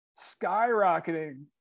skyrocketing